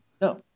No